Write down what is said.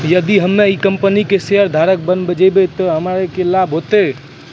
यदि हम्मै ई कंपनी के शेयरधारक बैन जैबै तअ हमरा की लाभ होतै